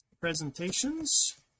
presentations